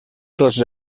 tots